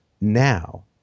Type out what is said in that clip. now